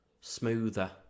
smoother